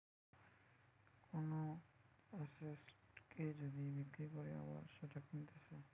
কোন এসেটকে যদি বিক্রি করে আবার সেটা কিনতেছে